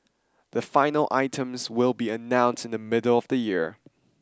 the final items will be announced in the middle of the year